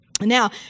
Now